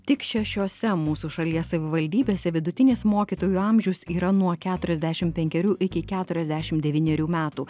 tik šešiose mūsų šalies savivaldybėse vidutinis mokytojų amžius yra nuo keturiasdešimt penkerių iki keturiasdešimt devynerių metų